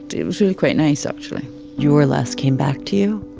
it was really quite nice actually your les came back to you?